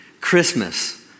Christmas